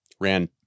ran